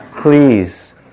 please